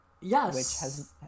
yes